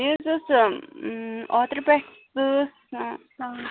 مےٚ حظ ٲس اوترٕ پٮ۪ٹھ